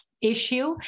issue